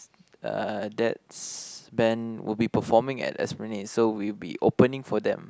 uh dad's band will be performing at Esplanade so we'll be opening for them